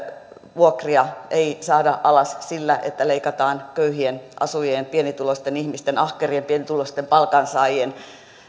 vuokria ei saada alas sillä että leikataan köyhien asujien pienituloisten ihmisten ahkerien pienituloisten palkansaajien